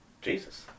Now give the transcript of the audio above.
Jesus